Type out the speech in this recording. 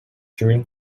during